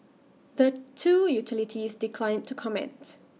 the two utilities declined to comment